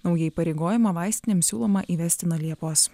naujai įpareigojimą vaistinėms siūloma įvesti nuo liepos